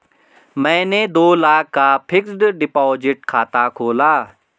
मैंने दो लाख का फ़िक्स्ड डिपॉज़िट खाता खोला